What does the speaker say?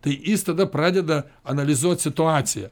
tai jis tada pradeda analizuot situaciją